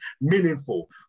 meaningful